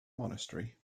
monastery